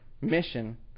mission